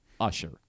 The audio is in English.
Usher